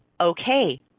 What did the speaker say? okay